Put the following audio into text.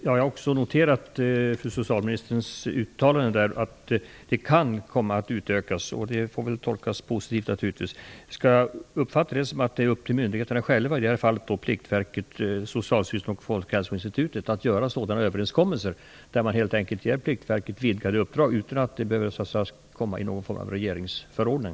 Fru talman! Jag har noterat socialministerns uttalande att detta samarbete kan komma att utökas, och det får naturligtvis tolkas positivt. Skall jag uppfatta det så, att det är upp till myndigheterna själva, i det här fallet Pliktverket, Socialstyrelsen och Folkhälsoinstitutet, att göra överenskommelser om vidgade uppdrag för Pliktverket, utan att det behöver komma in i någon form av regeringsförordning?